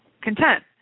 content